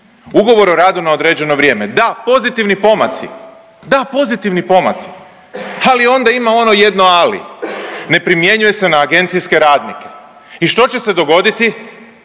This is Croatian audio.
Ugovor o radu na određeno vrijeme, da pozitivni pomaci. Da, pozitivni pomaci, ali onda ima ono jedno „ali“. Ne primjenjuje se na agencijske radnike. I što će se dogoditi?